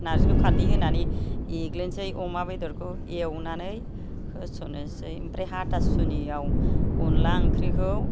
नार्जिखौ खारदै होन्नानै एरग्लिसै अमा बेदरखौ एवनानै होसननोसै ओमफ्राइ हाथा सुनियाव अनला ओंख्रिखौ